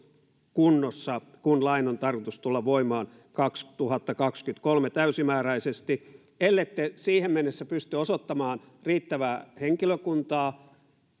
kunnossa kun lain on tarkoitus tulla voimaan kaksituhattakaksikymmentäkolme täysimääräisesti ellette siihen mennessä pysty osoittamaan riittävää henkilökuntaa